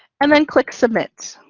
and then click submit.